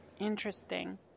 Interesting